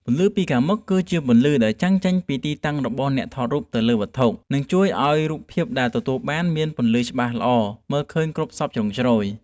ពន្លឺពីខាងមុខគឺជាពន្លឺដែលចាំងចេញពីទីតាំងរបស់អ្នកថតរូបទៅលើវត្ថុ និង ជួយធ្វើឱ្យរូបភាពដែលទទួលបានមានពន្លឺច្បាស់ល្អមើលឃើញសព្វគ្រប់ជ្រុងជ្រោយ។